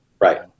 Right